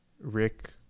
Rick